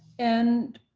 and